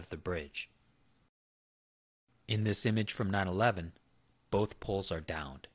of the bridge in this image from nine eleven both poles are down